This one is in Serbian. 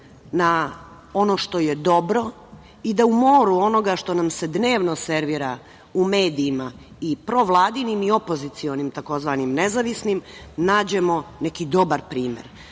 na ono što je dobro i da u moru onoga što nam se dnevno servira u medijima i provladinim i opozicionim, tzv. nezavisnim, nađemo neki dobar primer,